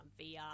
VR